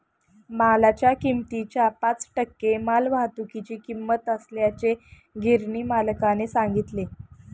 मालाच्या किमतीच्या पाच टक्के मालवाहतुकीची किंमत असल्याचे गिरणी मालकाने सांगितले